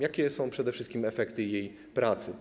Jakie są przede wszystkim efekty jej pracy?